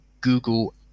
Google